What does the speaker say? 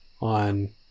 on